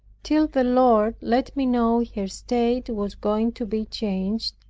till the lord let me know her state was going to be changed,